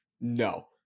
no